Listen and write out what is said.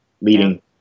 leading